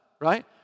right